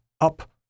up